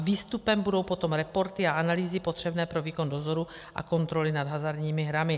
Výstupem budou potom reporty a analýzy potřebné pro výkon dozoru a kontroly nad hazardními hrami.